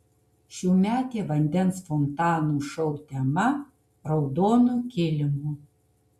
šiųmetė vandens fontanų šou tema raudonu kilimu